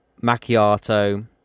macchiato